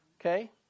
Okay